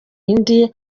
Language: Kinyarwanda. indi